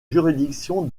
juridiction